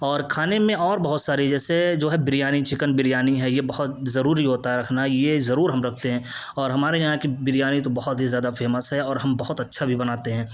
اور کھانے میں اور بہت ساری جیسے جو ہے بریانی چکن بریانی ہے یہ بہت ضروری ہوتا ہے رکھنا یہ ضرور ہم رکھتے ہیں اور ہمارے یہاں کی بریانی تو بہت ہی زیادہ فیمس ہے اور ہم بہت اچّھا بھی بناتے ہیں